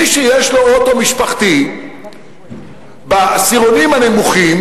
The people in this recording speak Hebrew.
למי שיש לו אוטו משפחתי או אוטו אישי בעשירונים הנמוכים,